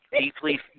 deeply